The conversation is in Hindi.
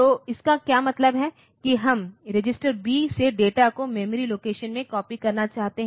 तो इसका क्या मतलब है कि हम रजिस्टर बी से डेटा को मेमोरी लोकेशन में कॉपी करना चाहते हैं